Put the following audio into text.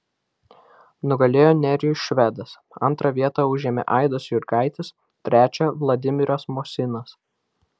nugalėjo nerijus švedas antrą vietą užėmė aidas jurgaitis trečią vladimiras mosinas